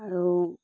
আৰু